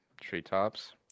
Treetops